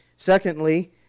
Secondly